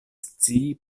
scii